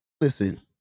Listen